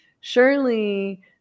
surely